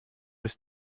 ist